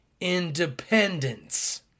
independence